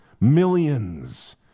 millions